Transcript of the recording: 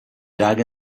dug